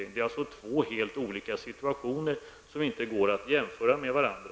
Det rör sig alltså om två helt olika situationer som inte kan jämföras med varandra.